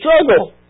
struggle